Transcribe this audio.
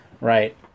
right